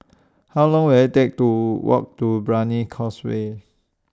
How Long Will IT Take to Walk to Brani Causeway